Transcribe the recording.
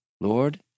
Lord